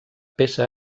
peça